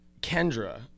Kendra